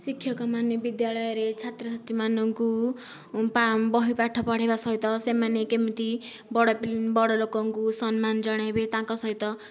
ଶିକ୍ଷକ ମାନେ ବିଦ୍ୟାଳୟରେ ଛାତ୍ରଛାତୀ ମାନଙ୍କୁ ବା ବହି ପାଠ ପଢ଼େଇବା ସହିତ ସେମାନେ କେମିତି ବଡ଼ ବଡ଼ଲୋକଙ୍କୁ ସମ୍ମାନ ଜଣେଇବେ ତାଙ୍କ ସହିତ